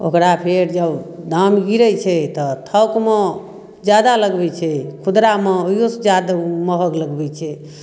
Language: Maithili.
ओकरा फेर जब दाम गिरै छै तऽ थोकमे जादा लगबै छै खुदरामे ओहियोसँ जादे महग लगबै छै